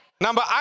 Number